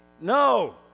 No